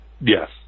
Yes